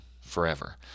forever